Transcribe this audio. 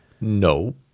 No